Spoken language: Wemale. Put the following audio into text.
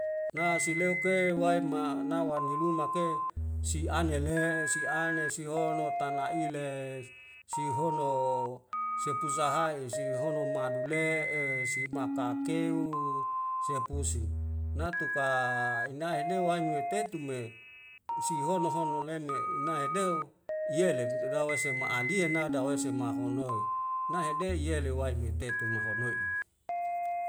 Na sileuk ke waema nawa ni lumak ke siane le'e siane sihono tana'ile sihono sepuzahai si hohono ma'dule'e sibakakeu sepusu natuka inaene wainue tetu me sihono hono leunme inae deu yele tutu irawa se ma'adien na dawei semahonoi nae dei yele wae metetu mahonoi